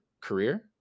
career